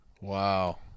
wow